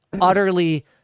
utterly